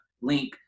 link